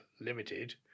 Limited